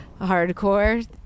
hardcore